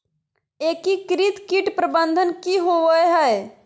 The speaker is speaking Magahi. एकीकृत कीट प्रबंधन की होवय हैय?